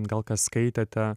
gal kas skaitėte